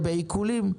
הישראלית.